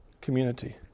community